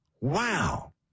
Wow